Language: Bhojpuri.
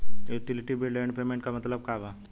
यूटिलिटी बिल्स एण्ड पेमेंटस क मतलब का बा?